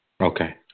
Okay